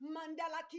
Mandela